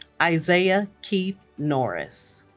isaiah keith norris